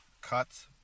cuts